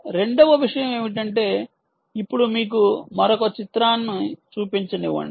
రెండవ విషయం ఏమిటంటే ఇప్పుడు మీకు మరొక చిత్రాన్ని చూపించనివ్వండి